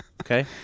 okay